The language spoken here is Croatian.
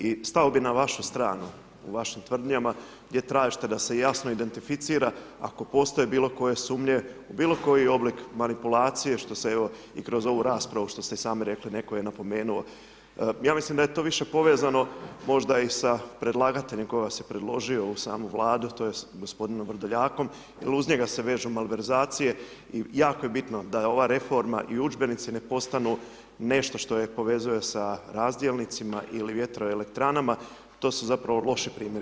I stao bi na vašu stranu, u vašim tvrdnjama, gdje tražite da se jasno identificira ako postoje bilo koje sumnje u bilo koji oblik manipulacije, što se, evo i kroz ovu raspravu, što ste sami rekli, netko je napomenuo, ja mislim da je to više povezano možda i sa predlagateljem tko vas je predložio u samu Vladu, to jest g. Vrdoljakom jer uz njega se vežu malverzacije i jako je bitno da ova reforma i udžbenici ne postanu nešto što je povezuje sa razdjelnicima ili vjetroelektranama, to su zapravo loši primjeri.